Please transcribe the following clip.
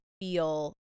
feel